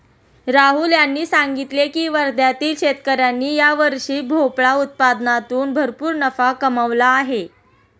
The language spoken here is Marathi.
राहुल यांनी सांगितले की वर्ध्यातील शेतकऱ्यांनी यावर्षी भोपळा उत्पादनातून भरपूर नफा कमावला आहे